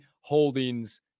Holdings